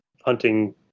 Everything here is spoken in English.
hunting